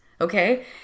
okay